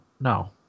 no